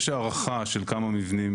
יש הערכה של כמה מבנים